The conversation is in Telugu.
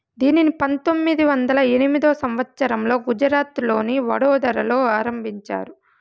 దీనిని పంతొమ్మిది వందల ఎనిమిదో సంవచ్చరంలో గుజరాత్లోని వడోదరలో ఆరంభించారు